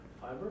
Fiber